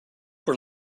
were